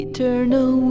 Eternal